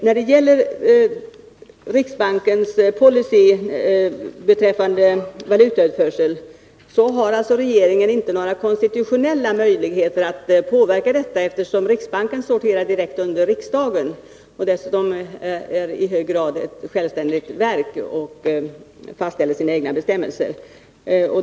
När det gäller riksbankens policy beträffande valutautförsel har regeringen alltså inte några konstitutionella möjligheter att påverka denna, eftersom riksbanken sorterar direkt under riksdagen och dessutom i hög grad är ett självständigt verk, som fastställer sina egna bestämmelser.